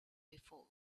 before